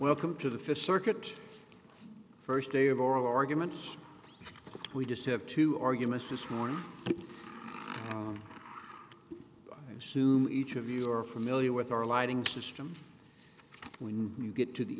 welcome to the fifth circuit first day of oral argument we just have two arguments this morning and soon each of you are familiar with our lighting system when you get to the